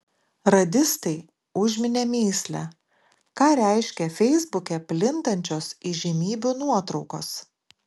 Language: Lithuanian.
radistai užminė mįslę ką reiškia feisbuke plintančios įžymybių nuotraukos